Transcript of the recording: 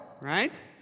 Right